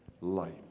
light